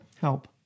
Help